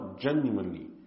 genuinely